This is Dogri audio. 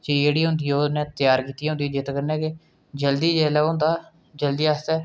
चीज़ जेह्ड़ी होंदी ओह् उ'न्ने त्यार कीती दी होंदी जित कन्नै कि जल्दी जेल्लै ओह् होंदा जल्दी आस्तै